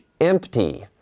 empty